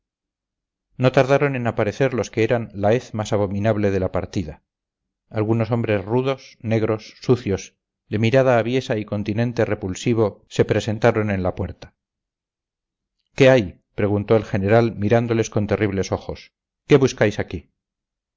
no tardaron en aparecer los que eran la hez más abominable de la partida algunos hombres rudos negros sucios de mirada aviesa y continente repulsivo se presentaron en la puerta qué hay preguntó el general mirándoles con terribles ojos qué buscáis aquí